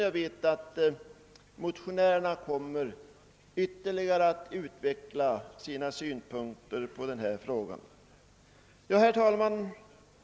Jag vet att motionärerna på denna punkt ytterligare kommer att utveckla sina synpunkter på frågan. Herr talman!